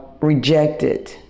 rejected